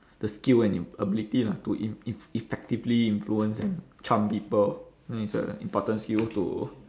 the skill and im~ ability lah to in~ e~ effectively influence and charm people that is a important skill to